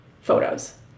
photos